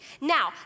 Now